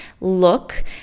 look